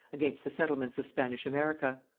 against the settlements of spanish america.